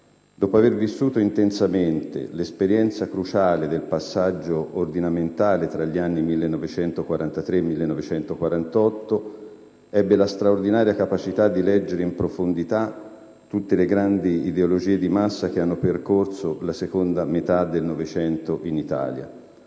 dopo aver vissuto intensamente l'esperienza cruciale del passaggio ordinamentale tra gli anni 1943-1948, ebbe la straordinaria capacità di leggere in profondità tutte le grandi ideologie di massa che hanno percorso la seconda parte del Novecento in Italia.